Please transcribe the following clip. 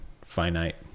finite